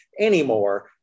anymore